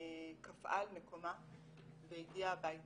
קפאה על מקומה והגיעה הביתה.